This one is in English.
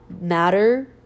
matter